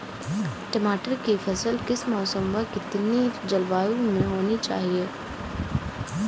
टमाटर की फसल किस मौसम व कितनी जलवायु में होनी चाहिए?